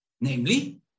Namely